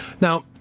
now